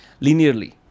linearly